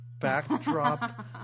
backdrop